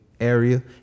area